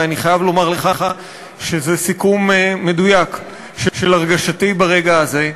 ואני חייב לומר לך שזה סיכום מדויק של הרגשתי ברגע הזה.